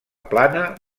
plana